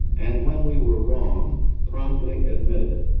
and when we were wrong promptly admitted it